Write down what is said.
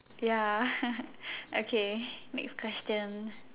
ya okay next question